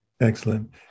Excellent